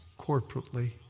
corporately